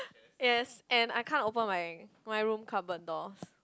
yes and I can't open my my room cupboard door